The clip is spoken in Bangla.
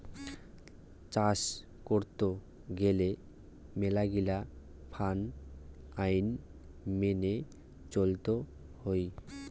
চাস করত গেলে মেলাগিলা ফার্ম আইন মেনে চলত হই